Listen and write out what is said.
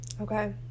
Okay